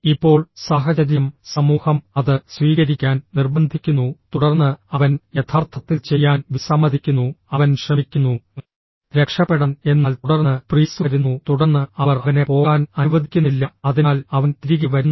ഇപ്പോൾ സാഹചര്യം സമൂഹം അത് സ്വീകരിക്കാൻ നിർബന്ധിക്കുന്നു തുടർന്ന് അവൻ യഥാർത്ഥത്തിൽ ചെയ്യാൻ വിസമ്മതിക്കുന്നു അവൻ ശ്രമിക്കുന്നു രക്ഷപ്പെടാൻ എന്നാൽ തുടർന്ന് പ്രീസ് വരുന്നു തുടർന്ന് അവർ അവനെ പോകാൻ അനുവദിക്കുന്നില്ല അതിനാൽ അവൻ തിരികെ വരുന്നു